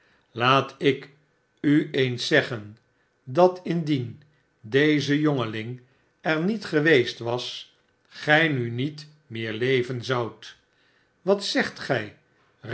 laat ik u eens zeggen dat indien deze jongeling er niet geweest was gij nu niet meer leven zoudt wat zegt gij